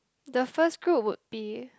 the first group would be